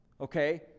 Okay